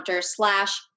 slash